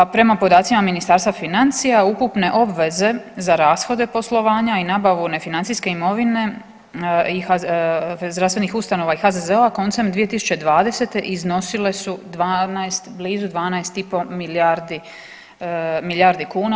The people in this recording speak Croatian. A prema podacima Ministarstva financija ukupne obveze za rashode poslovanja i nabavu nefinancijske imovine i zdravstvenih ustanova i HZZO-a koncem 2020. iznosile su blizu 12 i pol milijardi kuna.